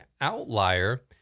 outlier